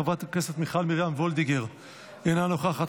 חברת הכנסת מיכל מרים וולדיגר, אינה נוכחת,